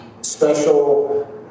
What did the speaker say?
special